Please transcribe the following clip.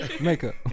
Makeup